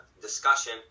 discussion